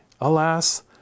Alas